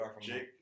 Jake